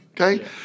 okay